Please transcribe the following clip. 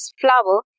flower